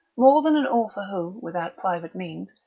more than an author who, without private means,